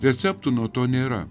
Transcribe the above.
receptų nuo to nėra